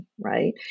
right